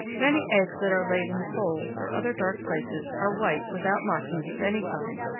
many eggs that are laid in holes or other dark places are white without markings of any kind,